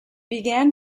began